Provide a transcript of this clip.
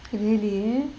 really